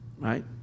right